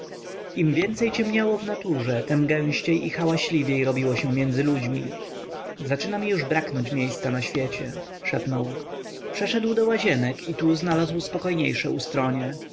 im więcej ciemniało w naturze tem gęściej i hałaśliwiej robiło się między ludźmi zaczyna mi już braknąć miejsca na świecie szepnął przeszedł do łazienek i tu znalazł spokojniejsze ustronie